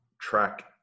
track